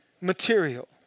material